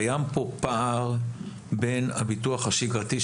קיים פה פער בין הביטוח השגרתי,